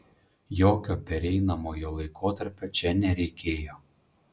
jokio pereinamojo laikotarpio čia nereikėjo